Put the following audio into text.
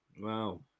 Wow